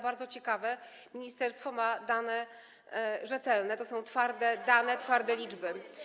Bardzo ciekawe, ministerstwo ma dane rzetelne, to są twarde dane, twarde liczby.